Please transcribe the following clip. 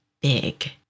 big